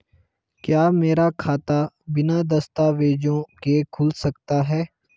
क्या मेरा खाता बिना दस्तावेज़ों के खुल सकता है?